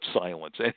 silence